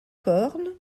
cornes